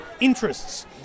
interests